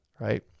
Right